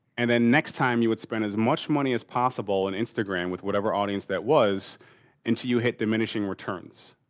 and then next time you would spend as much money as possible in instagram with whatever audience that was until you hit diminishing returns.